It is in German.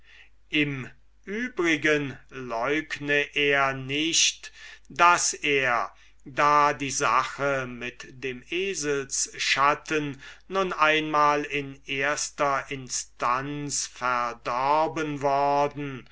im übrigen leugne er nicht daß er da die sache mit dem eselsschatten nun einmal in erster instanz verdorben worden